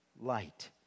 light